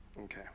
Okay